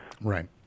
Right